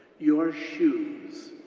your shoes